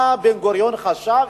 מה בן-גוריון חשב,